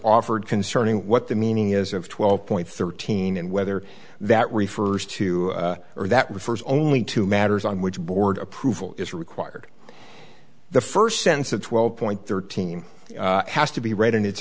offered concerning what the meaning is of twelve point thirteen and whether that refers to or that refers only to matters on which board approval is required the first sense of twelve point thirteen has to be read in its